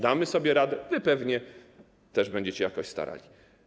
Damy sobie radę, wy pewnie też będziecie jakoś się starali.